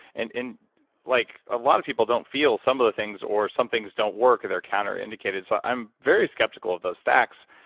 and like ah lot of people don't feel some of the things or some things don't work. they're counterindicated, so i'm very skeptical of those stacks.